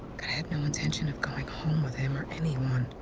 god, i had no intention of going home with him or anyone.